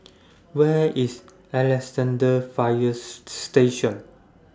Where IS Alexandra Fire Station